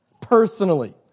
personally